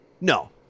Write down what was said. No